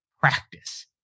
practice